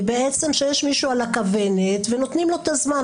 בעצם שיש מישהו על הכוונת ונותנים לו את הזמן.